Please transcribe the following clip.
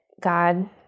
God